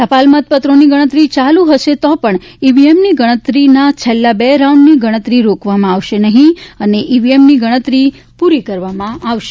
ટપાલ મતપત્રોની ગણતરી ચાલ્ હશે તો પણ ઇવીએમની ગણતરીના છેલ્લા બે રાઉન્ડની ગણતરી રોકવામાં આવશે નહીં અને ઈવીએમની ગણતરી પૂરી કરવામાં આવશે